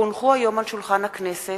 כי הונחו היום על שולחן הכנסת,